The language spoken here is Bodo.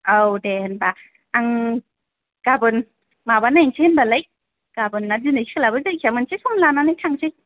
औ दे होमब्ला आं गाबोन माबानायनसै होमब्लालाय गाबोन ना दिनै सोलाबो जायखिया मोनसे सम लानानै थांसै